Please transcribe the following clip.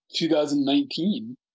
2019